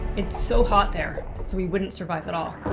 it's so hot there, so we wouldn't survive at all.